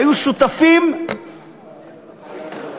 היו שותפים בכירים,